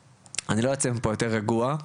אני לא יוצע מפה יותר רגוע,